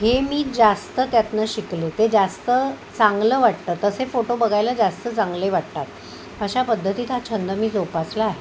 हे मी जास्त त्यातून शिकले ते जास्त चांगलं वाटतं तसे फोटो बघायला जास्त चांगले वाटतात अशा पद्धतीत हा छंद मी जोपासला आहे